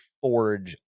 forge